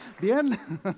Bien